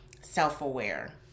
self-aware